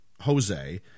Jose